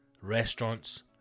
restaurants